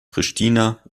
pristina